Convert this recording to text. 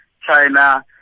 China